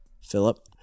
Philip